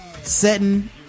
setting